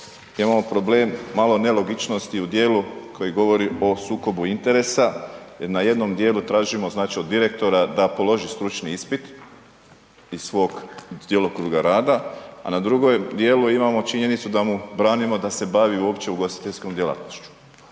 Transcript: imamo problem, malo nelogičnosti u dijelu koji govori o sukobu interesa jer na jednom dijelu tražimo, znači, od direktora da položi stručni ispit iz svog djelokruga rada, a na drugom dijelu imamo činjenicu da mu branimo da se bavi uopće ugostiteljskom djelatnošću.